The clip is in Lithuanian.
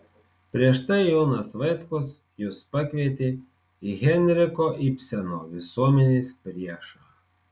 prieš tai jonas vaitkus jus pakvietė į henriko ibseno visuomenės priešą